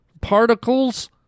particles